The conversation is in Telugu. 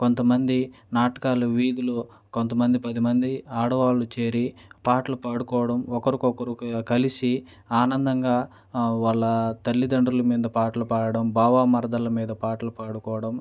కొంతమంది నాటకాలు వీధులు కొంతమంది పదిమంది ఆడవాళ్ళు చేరి పాటలు పాడుకోవడం ఒకరికొకరు కలిసి ఆనందంగా వాళ్ళ తల్లిదండ్రుల మీద పాటలు పాడడం బావా మరదళ్ళ మీద పాటలు పాడుకోవడం